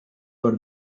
for